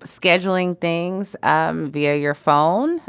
scheduling things um via your phone.